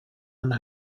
and